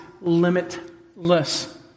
limitless